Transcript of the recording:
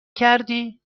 کردی